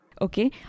Okay